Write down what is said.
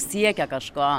siekia kažko